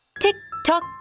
Tick-tock